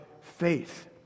faith